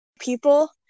people